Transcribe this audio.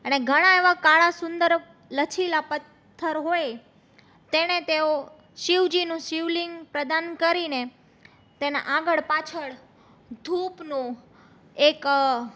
અને ઘણા એવા કાળા સુંદર લચીલા પથ્થર હોય તેને તેઓ શિવજીનું શિવલિંગ પ્રદાન કરીને તેનાં આગળ પાછળ ધૂપનો એક